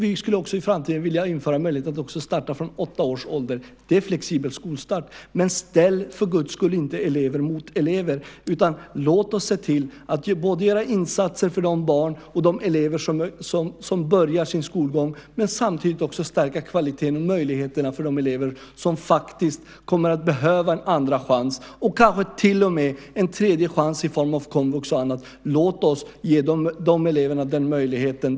I framtiden skulle vi också vilja införa möjligheten att starta från åtta års ålder. Det är flexibel skolstart. Ställ, för Guds skull, inte elever mot elever. Låt oss se till att göra insatser för de elever som börjar skolan och samtidigt stärka kvaliteten och möjligheterna för de elever som kommer att behöva en andra chans. De kanske till och med behöver en tredje chans i form av komvux eller annat. Låt oss ge de eleverna den möjligheten.